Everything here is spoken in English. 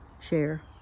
share